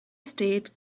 state